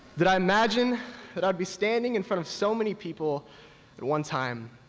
did i imagine that i would be standing in front of so many people one time.